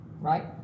right